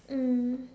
mm